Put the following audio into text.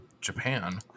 Japan